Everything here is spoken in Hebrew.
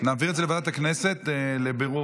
נעביר את זה לוועדת הכנסת, למה?